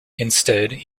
instead